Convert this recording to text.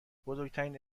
بزرگترین